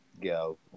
go